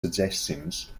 suggestions